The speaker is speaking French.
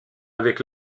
avec